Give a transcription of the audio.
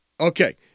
Okay